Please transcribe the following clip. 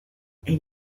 elle